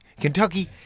Kentucky